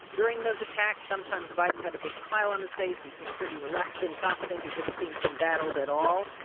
during those attacks, sometimes biden had a big smile on his face. he seemed pretty relaxed and confident. he didn't seem embattled at all.